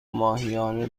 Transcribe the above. ماهیانه